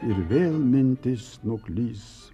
ir vėl mintis nuklys